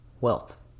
wealth